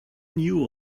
knew